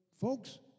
folks